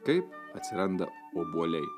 kaip atsiranda obuoliai